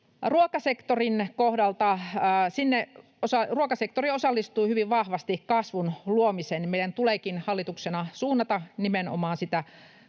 Ruokasektori osallistuu hyvin vahvasti kasvun luomiseen, ja meidän tuleekin hallituksena suunnata katsetta